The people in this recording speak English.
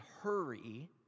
hurry